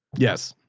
yes.